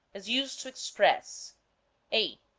is used to express a.